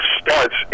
starts